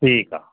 ਠੀਕ ਆ